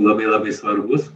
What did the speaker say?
labai labai svarbūs